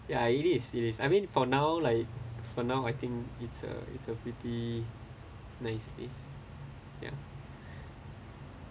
ya it is it is I mean for now like for now I think it's a it's a pretty nice days ya